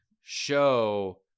show